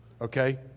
okay